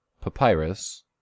papyrus